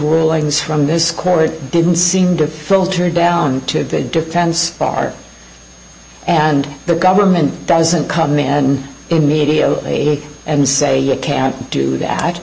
rulings from this court didn't seem to turn down to the defense bar and the government doesn't come in immediately and say you can't do that